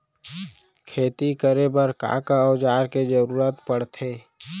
खेती करे बर का का औज़ार के जरूरत पढ़थे?